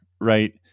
right